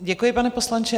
Děkuji, pane poslanče.